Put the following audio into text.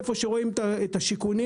איפה שרואים את השיכונים,